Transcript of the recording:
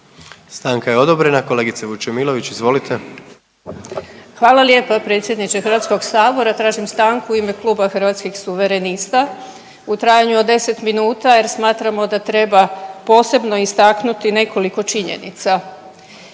Vesna (Hrvatski suverenisti)** Hvala lijepa predsjedniče HS-a, tražim stanku u ime Kluba Hrvatskih suverenista u trajanju od 10 minuta jer smatramo da treba posebno istaknuti nekoliko činjenica.